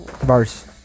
Verse